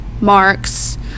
Marks